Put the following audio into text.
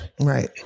Right